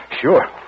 Sure